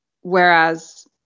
Whereas